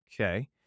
Okay